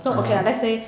(uh huh)